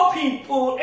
people